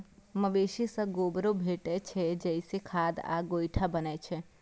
मवेशी सं गोबरो भेटै छै, जइसे खाद आ गोइठा बनै छै